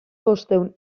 bostehun